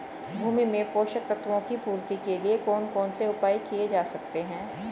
भूमि में पोषक तत्वों की पूर्ति के लिए कौन कौन से उपाय किए जा सकते हैं?